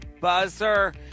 buzzer